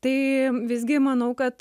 tai visgi manau kad